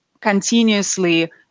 continuously